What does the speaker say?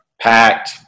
packed